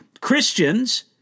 Christians